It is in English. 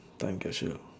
time capsule